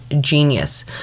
genius